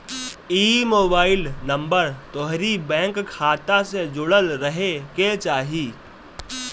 इ mobile number तोहरी bank खाता से जुड़ल रहे के चाही